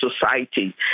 society